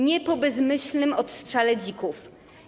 Nie po bezmyślnym odstrzale dzików.